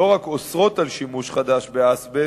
שלא רק אוסרות שימוש חדש באזבסט,